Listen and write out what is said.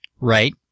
right